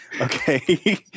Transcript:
okay